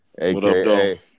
aka